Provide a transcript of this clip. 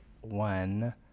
one